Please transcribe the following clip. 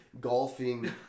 golfing